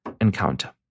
encounter